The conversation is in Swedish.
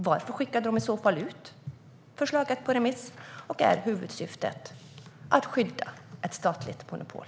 Varför skickade den i så fall ut förslaget på remiss? Och är huvudsyftet att skydda ett statligt monopol?